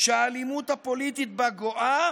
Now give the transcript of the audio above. שהאלימות הפוליטית בה גואה